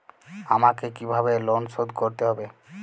আমাকে কিভাবে লোন শোধ করতে হবে?